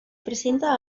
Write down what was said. presentan